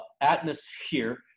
atmosphere